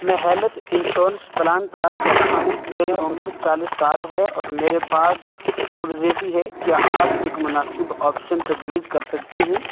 میں health insurance plan تلاش کر رہا ہوں میری عمر چالیس سال ہے اور میرے پاس اوبزیٹی ہے کیا آپ ایک مناسب آپشن تجویز کر سکتے ہیں